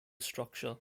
structure